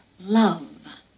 love